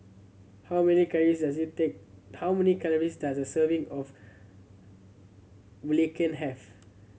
how many calories does it take how many calories does a serving of belacan have